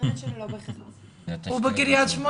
לא יודע לדבר על רשויות אחרות אבל אני